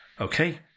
Okay